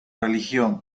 religión